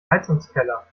heizungskeller